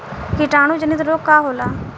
कीटाणु जनित रोग का होला?